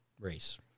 race